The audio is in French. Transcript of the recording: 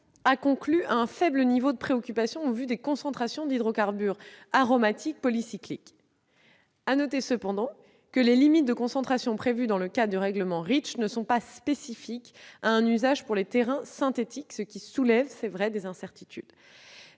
a conclu à un faible niveau de préoccupation, au vu des concentrations d'hydrocarbures aromatiques polycycliques. Il faut toutefois remarquer que les limites de concentration prévues par le règlement REACH ne sont pas spécifiques à un usage pour des terrains synthétiques, ce qui soulève, il est vrai, des incertitudes.